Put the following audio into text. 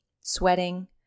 sweating